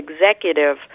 executive